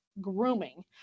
grooming